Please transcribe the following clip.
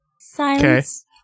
Silence